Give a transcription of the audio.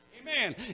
Amen